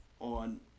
on